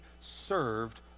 served